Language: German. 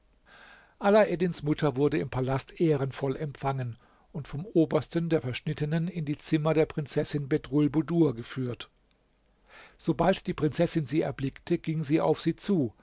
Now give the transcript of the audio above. alaeddins mutter wurde im palast ehrenvoll empfangen und vom obersten der verschnittenen in die zimmer der prinzessin bedrulbudur geführt sobald die prinzessin sie erblickte ging sie auf sie zu